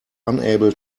unable